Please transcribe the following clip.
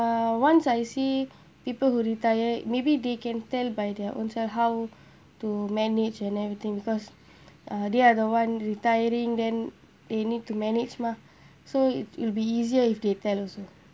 uh once I see people who retire maybe they can tell by their own self how to manage and everything because uh they are the one retiring then they need to manage mah so it'll be easier if they tell also